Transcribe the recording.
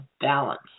balance